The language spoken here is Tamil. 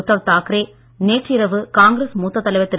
உத்தவ் தாக்கரே நேற்று இரவு காங்கிரஸ் மூத்த தலைவர் திரு